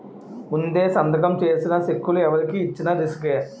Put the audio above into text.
ముందే సంతకం చేసిన చెక్కులు ఎవరికి ఇచ్చిన రిసుకే